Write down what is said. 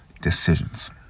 decisions